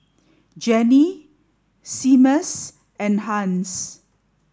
Jenni Seamus and Hans